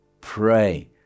pray